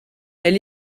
elle